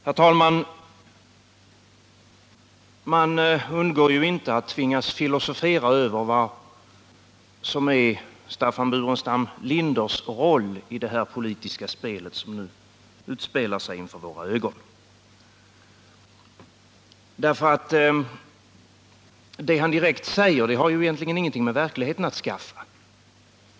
Herr talman! Man kan inte undgå att filosofera över vad som är Staffan Burenstam Linders roll i det politiska spel som nu försiggår inför våra ögon, för det han direkt säger har egentligen ingenting med verkligheten att skaffa.